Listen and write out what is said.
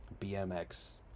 BMX